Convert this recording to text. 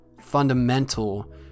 fundamental